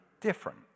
different